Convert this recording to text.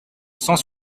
cent